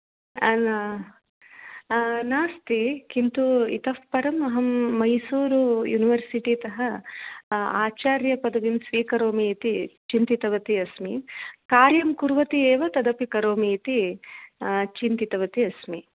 न नास्ति किन्तु इतः परमहं मैसूरु युनिवर्सिटि तः आचार्यपदवीं स्वीकरोमि इति चिन्तितवती अस्मि कार्यं कुर्वती एव तदपि करोमि इति चिन्तितवती अस्मि